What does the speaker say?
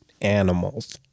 animals